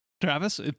Travis